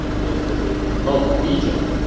this is a remote region.